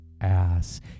ass